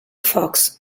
fox